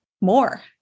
more